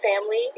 family